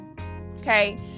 Okay